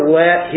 let